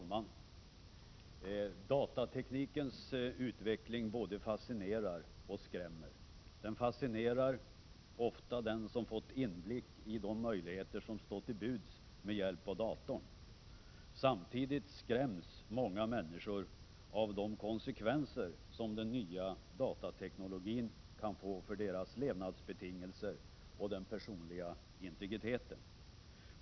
Herr talman! Datateknikens utveckling både fascinerar och skrämmer. Den fascinerar ofta den som fått inblick i de möjligheter som står till buds med hjälp av datorn. Samtidigt skräms många människor av de konsekvenser som den nya datateknologin kan få för deras levnadsbetingelser och den personliga integriteten.